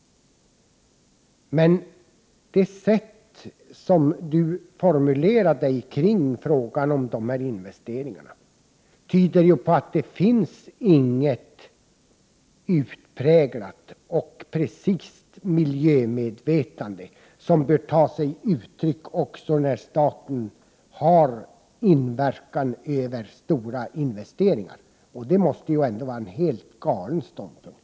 Leif Marklunds sätt att formulera sig i frågan om dessa investeringar tyder dock inte på att man där har något utpräglat och precist miljömedvetande av den typ som bör komma till uttryck när staten har inverkan över stora investeringar. Det måste vara en helt galen utgångspunkt.